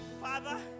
Father